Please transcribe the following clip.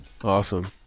awesome